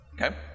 Okay